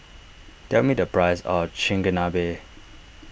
tell me the price of Chigenabe